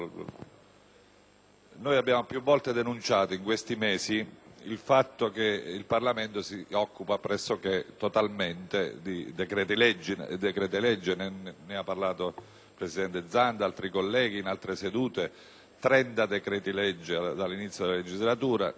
Abbiamo più volte denunciato, in questi mesi, il fatto che il Parlamento si occupi pressoché totalmente di decreti-legge; ne hanno parlato il presidente Zanda e altri colleghi in altre sedute: 30 decreti-legge dall'inizio della legislatura. Ne rimangono, ad oggi,